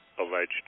alleged